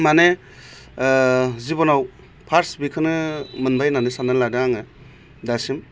माने जिब'नाव फार्स बेखौनो मोनबाय होन्नानै सान्ना लादों आङो दासिम